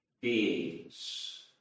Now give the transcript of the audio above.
beings